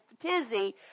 tizzy